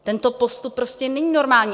Tento postup prostě není normální.